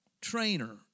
trainer